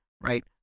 right